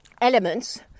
elements